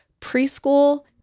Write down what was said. Preschool